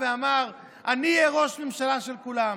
שבא ואמר: אני אהיה ראש ממשלה של כולם,